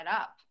up